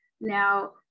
Now